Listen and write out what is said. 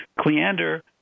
Cleander